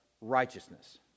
righteousness